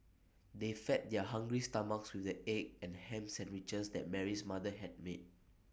they fed their hungry stomachs with the egg and Ham Sandwiches that Mary's mother had made